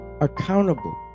accountable